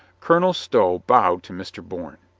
colonel stow bowed to mr. bourne.